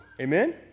Amen